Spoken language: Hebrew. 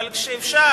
אבל אפשר,